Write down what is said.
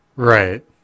Right